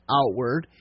outward